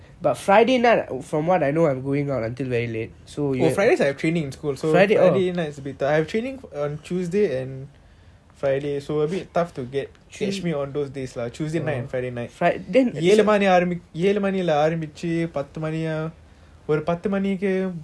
oh fridays I have training in school so I have training on tuesday and fridays so a bit tough to catch me on those days lah tuesday night and friday night ஏழு மணி ஏழு மணிலா ஆரம்பிச்சி பத்துமணி ஒரு பாத்து மணிகி முடியும் முடிஞ்சிட்டு குளிச்சிட்டு வெளிய பொய் சாப்பிடணும்:ezhu mani ezhu manila aarambichi paathumani oru pathu maniki mudiyum mudinjitu kulichitu veliya poi sapdanum